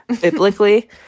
Biblically